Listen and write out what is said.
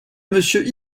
monsieur